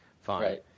fine